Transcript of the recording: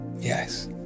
Yes